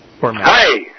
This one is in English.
Hi